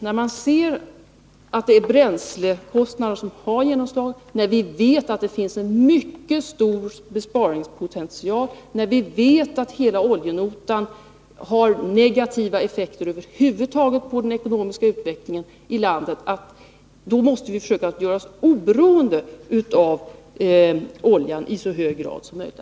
När man ser att bränslekostnaderna har slagit igenom, när vi vet att det finns en mycket stor besparingspotential och när vi vet att hela oljenotan över huvud taget har negativa effekter på den ekonomiska utvecklingen i landet, måste vi försöka göra oss oberoende av oljan i så hög grad som möjligt.